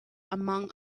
among